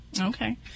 Okay